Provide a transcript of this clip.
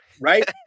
Right